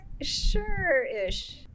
Sure-ish